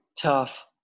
tough